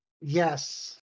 Yes